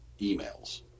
emails